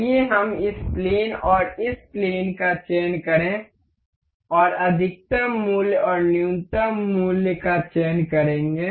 आइए हम इस प्लेन और इस प्लेन का चयन करें और अधिकतम मूल्य और न्यूनतम मूल्य का चयन करेंगे